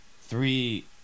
three